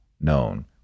known